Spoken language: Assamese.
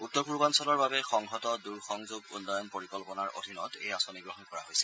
উত্তৰ পূৰ্বাঞ্চলৰ বাবে সংহত দূৰসংযোগ উন্নয়ন পৰিকল্পনাৰ অধীনত এই আঁচনি গ্ৰহণ কৰা হৈছে